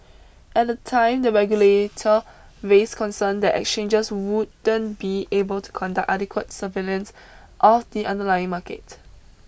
at the time the regulator raised concern that exchanges wouldn't be able to conduct adequate surveillance of the underlying market